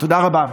תודה רבה.